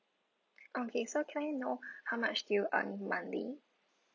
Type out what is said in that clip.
okay so can I know how much do you earn monthly